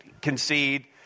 concede